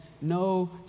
no